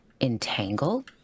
Entangle